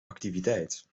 activiteit